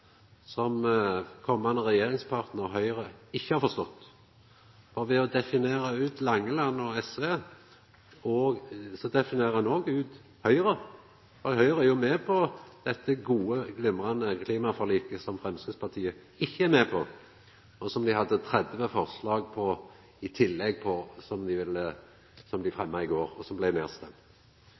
som komande regjeringspartnar Høgre ikkje har forstått. Ved å definera ut Langeland og SV definerer han også ut Høgre. Høgre er jo med på dette gode, glimrande klimaforliket som Framstegspartiet ikkje er med på, der dei fremma 30 forslag i går, som dei stemde ned. Eg må seia at det hadde vore veldig spennande å ha med Framstegspartiet i eit forlik, og det har dei debattane som